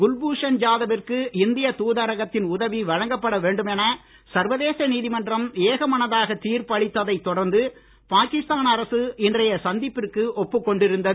குல்பூஷன் ஜாத விற்கு இந்திய தூதரகத்தின் உதவி வழங்கப்பட வேண்டும் என சர்வதேச நீதிமன்றம் ஏகமனதாக தீர்ப்பளித்ததைத் தொடர்ந்து பாகிஸ்தான் அரசு இன்றைய சந்திப்பிற்கு ஒப்புக் கொண்டிருந்தது